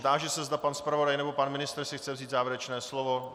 Táži se, zda pan zpravodaj nebo pan ministr si chce vzít závěrečné slovo.